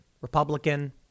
Republican